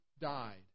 died